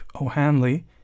O'Hanley